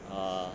err